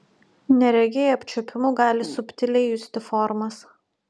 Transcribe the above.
neregiai apčiuopimu gali subtiliai justi formas